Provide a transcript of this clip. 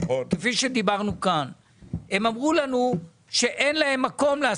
הם אמרו לנו שאין להם מקום.